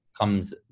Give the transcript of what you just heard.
comes